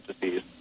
disease